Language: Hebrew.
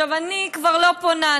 אני כבר לא פונה.